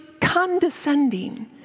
condescending